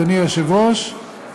אדוני היושב-ראש,